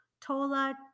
Tola